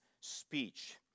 speech